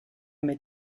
mit